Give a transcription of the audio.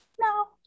no